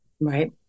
Right